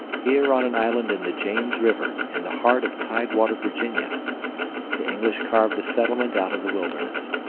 here on an island in the james river in the heart of tidewater virginia the english carved a settlement out of the wilderness.